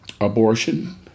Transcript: Abortion